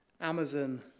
Amazon